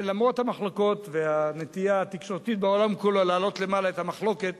ולמרות המחלוקות והנטייה התקשורתית בעולם כולו להציף למעלה את המחלוקת,